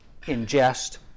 ingest